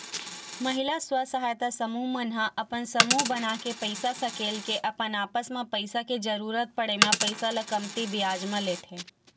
महिला स्व सहायता समूह मन ह अपन समूह बनाके पइसा सकेल के अपन आपस म पइसा के जरुरत पड़े म पइसा ल कमती बियाज म लेथे